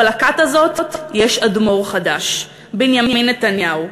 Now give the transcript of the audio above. אבל לכת הזאת יש אדמו"ר חדש: בנימין נתניהו.